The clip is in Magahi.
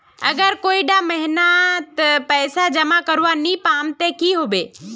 अगर कोई डा महीनात पैसा जमा करवा नी पाम ते की होबे?